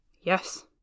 Yes